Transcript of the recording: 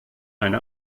eine